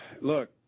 Look